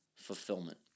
fulfillment